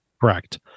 Correct